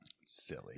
silly